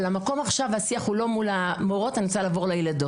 המקום והשיח הוא לא על המורות ואני רוצה לעבור לילדות.